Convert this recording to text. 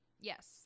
Yes